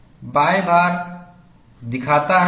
बाएं भार दिखाता है